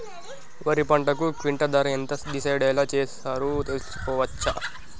వరి పంటకు క్వింటా ధర ఎంత డిసైడ్ ఎలా చేశారు తెలుసుకోవచ్చా?